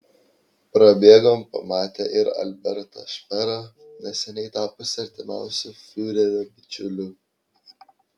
prabėgom pamatė ir albertą šperą neseniai tapusį artimiausiu fiurerio bičiuliu